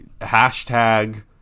hashtag